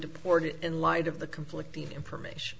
deported in light of the conflicting information